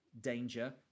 danger